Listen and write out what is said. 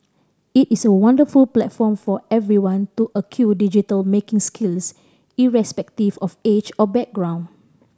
it is a wonderful platform for everyone to acquire digital making skills irrespective of age or background